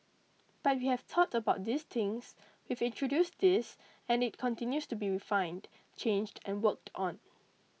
but we have thought about these things we've introduced these and it continues to be refined changed and worked on